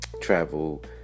travel